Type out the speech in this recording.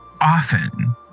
often